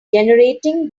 generating